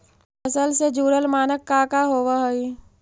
फसल से जुड़ल मानक का का होव हइ?